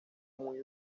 muy